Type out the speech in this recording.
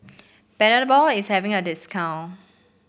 Panadol is having a discount